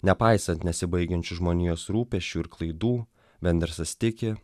nepaisant nesibaigiančių žmonijos rūpesčių ir klaidų vendersas tiki